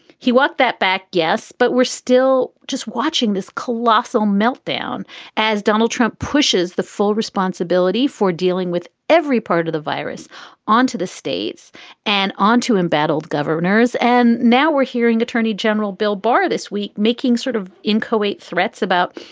he walked that back. yes. but we're still just watching this colossal meltdown as donald trump pushes the full responsibility for dealing with every part of the virus onto the states and onto embattled governors. and now we're hearing attorney general bill barr this week making sort of inchoate threats about,